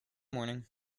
morning